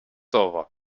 over